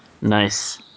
Nice